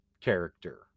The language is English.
character